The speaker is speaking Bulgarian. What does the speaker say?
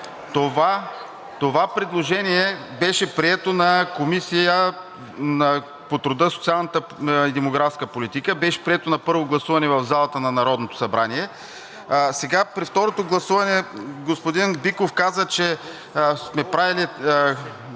Това предложение беше прието на Комисията по труда, социалната и демографската политика, беше прието на първо гласуване в залата на Народното събрание. Сега при второто гласуване господин Биков каза, че сме правили